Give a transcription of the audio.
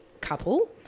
couple